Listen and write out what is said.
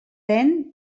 den